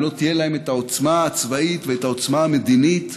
אם לא תהיה להם העוצמה הצבאית והעוצמה המדינית,